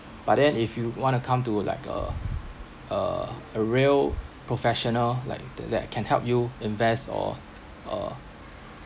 but then if you want to come to like uh uh a real professional like that that can help you invest or or